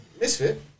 Misfit